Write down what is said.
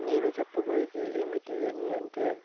నేను చెప్పబోయేది ఏమిటి అని అంటే